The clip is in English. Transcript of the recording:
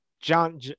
john